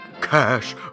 cash